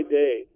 day